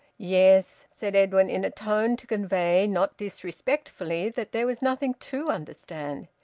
yes, said edwin, in a tone to convey, not disrespectfully, that there was nothing to understand.